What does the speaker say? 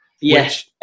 Yes